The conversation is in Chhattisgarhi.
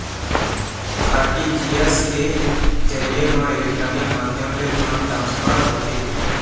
आर.टी.जी.एस के जरिए म इलेक्ट्रानिक माध्यम ले फंड ट्रांसफर होथे